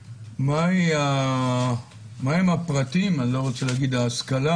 מה הם הפרטים אני לא רוצה להגיד ההשכלה